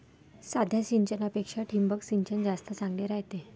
साध्या सिंचनापेक्षा ठिबक सिंचन जास्त चांगले रायते